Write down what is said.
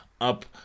up